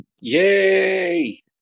Yay